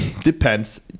Depends